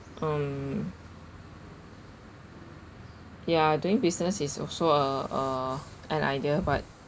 um ya doing business is also uh uh an idea but